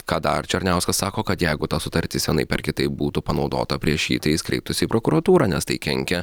ką dar černiauskas sako kad jeigu ta sutartis vienaip ar kitaip būtų panaudota prieš jį tai jis kreiptųsi prokuratūrą nes tai kenkia